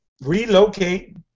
relocate